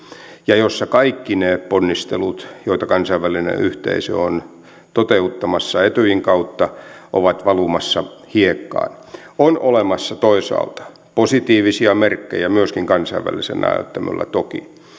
ja jossa kaikki ne ponnistelut joita kansainvälinen yhteisö on toteuttamassa etyjin kautta ovat valumassa hiekkaan on olemassa toisaalta positiivisia merkkejä myöskin kansainvälisellä näyttämöllä toki